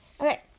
okay